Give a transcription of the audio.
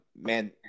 man